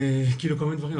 כל מיני דברים,